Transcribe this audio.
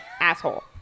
Asshole